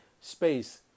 space